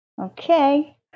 Okay